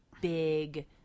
big